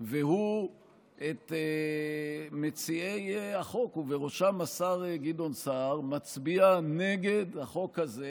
והוא מציעי החוק המצביעים נגד החוק הזה,